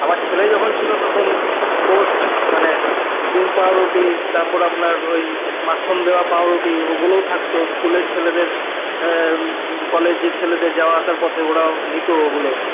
আমার ছেলে যখন ছিলো তখন টোস্ট মানে ডিম পাউরুটি তারপর আপনার ওই মাখন দেওয়া পাউরুটি ওগুলোও থাকতো স্কুলের ছেলেদের কলেজের ছেলেদের যাওয়া আসার পথে ওরাও নিত ওগুলো